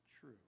true